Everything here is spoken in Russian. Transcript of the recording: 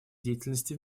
деятельности